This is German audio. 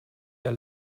der